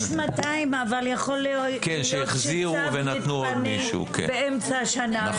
יש 200 אבל יכול להיות שצו מתפנה באמצע השנה,